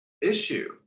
issue